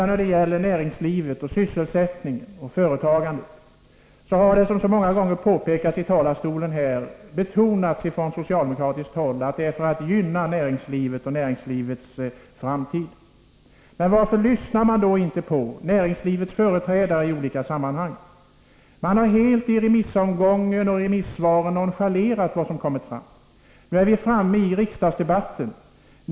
När det gäller näringslivet, sysselsättningen och företagandet har det, som många gånger påpekats i denna talarstol, betonats från socialdemokratiskt håll att löntagarfonderna skall gynna näringslivet och dess framtid. Varför lyssnar man då inte på näringslivets företrädare i olika sammanhang? Man har i remissomgången helt nonchalerat vad som kommit fram. Nu har vi kommit till riksdagsdebatten.